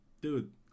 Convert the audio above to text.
Dude